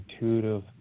intuitive